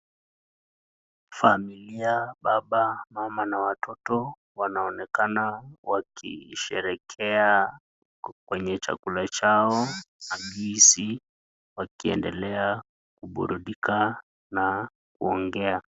Familia baba mama na watoto wanaonekana wakisherehekea kwenye chakula chao halisi wakiendelea kuburudika na kuongea.